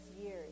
years